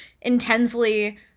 intensely